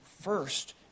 first